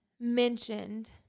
mentioned